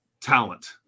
talent